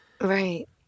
Right